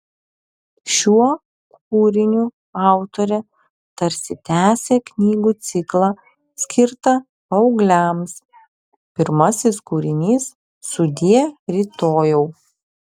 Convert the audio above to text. šiuo kūriniu autorė tarsi tęsia knygų ciklą skirtą paaugliams pirmasis kūrinys sudie rytojau